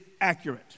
accurate